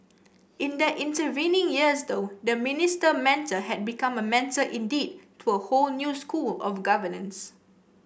in the intervening years though the Minister Mentor had become a mentor indeed to a whole new school of governance